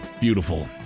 Beautiful